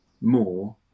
more